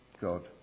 God